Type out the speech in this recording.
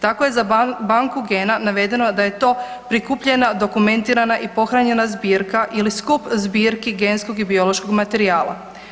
Tako je za banku gena navedeno da je to prikupljena, dokumentirana i pohranjena zbirka ili skup zbirki genskog i biološkog materijala.